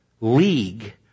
league